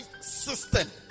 system